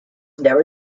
never